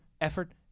effort